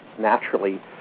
naturally